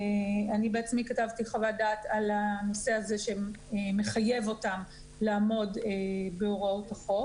אני בעצמי כתבתי חוות דעת על הנושא הזה שמחייב אותם לעמוד בהוראות החוק